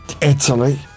Italy